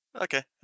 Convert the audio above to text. Okay